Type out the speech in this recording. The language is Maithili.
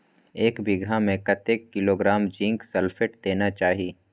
एक बिघा में कतेक किलोग्राम जिंक सल्फेट देना चाही?